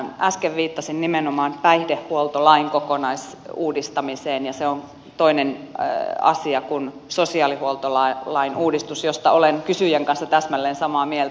äsken viittasin nimenomaan päihdehuoltolain kokonaisuudistamiseen ja se on toinen asia kuin sosiaalihuoltolain uudistus josta olen kysyjän kanssa täsmälleen samaa mieltä